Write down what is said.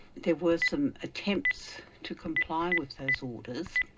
there were some attempts to comply with those orders,